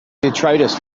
detritus